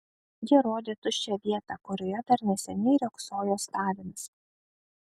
ji rodė tuščią vietą kurioje dar neseniai riogsojo stalinas